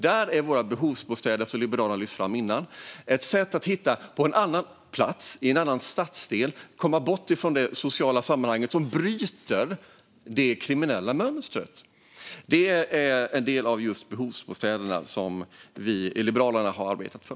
Där är våra behovsbostäder, som lyfts fram tidigare av Liberalerna, ett sätt att flytta till en annan plats, en annan stadsdel, och komma bort från det sociala sammanhanget. Det bryter det kriminella mönstret. Det är en del av behovsbostäderna som vi i Liberalerna har arbetat för.